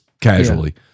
casually